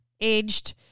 aged